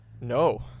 No